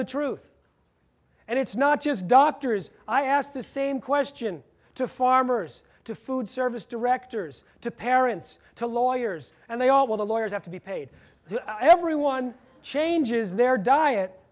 the truth and it's not just doctors i asked the same question to farmers to food service directors to parents to lawyers and they all the lawyers have to be paid everyone changes their diet